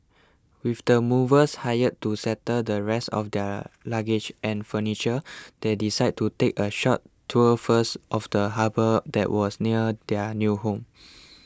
with the movers hired to settle the rest of their luggage and furniture they decided to take a short tour first of the harbour that was near their new home